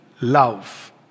love